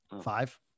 Five